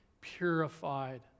purified